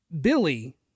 Billy